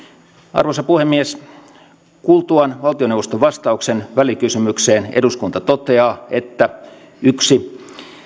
arvoisa puhemies teen seuraavan epäluottamusehdotuksen kuultuaan valtioneuvoston vastauksen välikysymykseen eduskunta toteaa että yksi